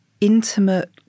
intimate